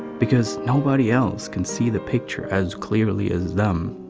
because nobody else can see the picture as clearly as them.